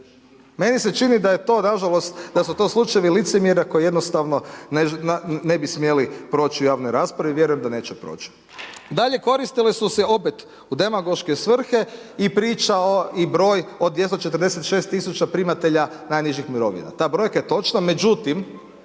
Meni se čini nažalost da su to slučajevi licemjera koji jednostavno ne bi smjeli proći u javnoj raspravi, vjerujem da neće proći. Dalje koristili su se opet u demagoške svrhe i priča i broj o 246 000 primatelja najnižih mirovina, ta brojka je točna, međutim